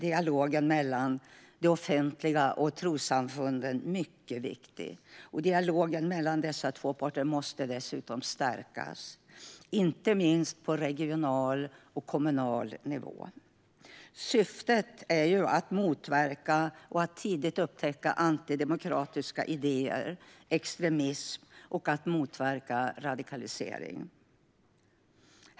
Dialogen mellan det offentliga och trossamfunden är mycket viktig, och dialogen mellan dessa två parter måste stärkas, inte minst på regional och kommunal nivå. Syftet är att motverka och tidigt upptäcka antidemokratiska idéer och extremism och att motverka radikalisering.